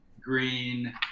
green